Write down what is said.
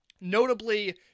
Notably